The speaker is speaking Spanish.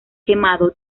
quemado